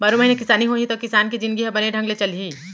बारो महिना किसानी होही त किसान के जिनगी ह बने ढंग ले चलही